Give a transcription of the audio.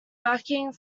backing